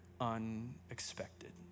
unexpected